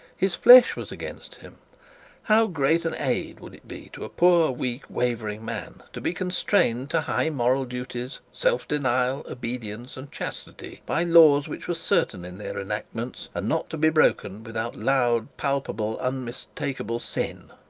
his flesh was against him how great an aid would it be to a poor, weak, wavering man to be constrained to high moral duties, self-denial, obedience, and chastity by laws which were certain in their enactments, and not to be broken without loud, palpable, unmistakable sin!